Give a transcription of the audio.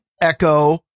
echo